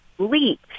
leap